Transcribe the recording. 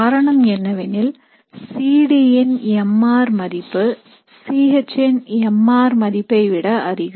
காரணம் என்னவெனில் C D ன் mr மதிப்பு C H ன் mr மதிப்பைவிட அதிகம்